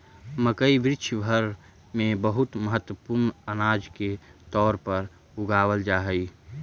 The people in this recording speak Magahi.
मकई विश्व भर में बहुत महत्वपूर्ण अनाज के तौर पर उगावल जा हई